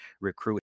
recruit